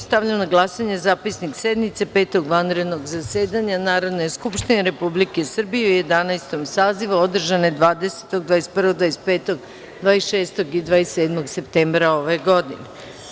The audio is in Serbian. Stavljam na glasanje Zapisnik sednice Petog vanrednog zasedanja Narodne skupštine Republike Srbije u Jedanaestom sazivu, održane 20, 21, 25, 26. i 27. septembra ove godine.